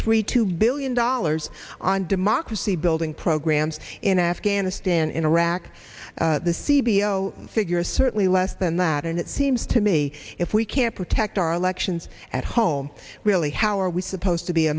three two billion dollars on democracy building programs in afghanistan in iraq the see below figures certainly less than that and it seems to me if we can't protect our elections at home really how are we supposed to be a